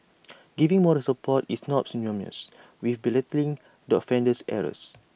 giving moral support is not synonymous with belittling the offender's errors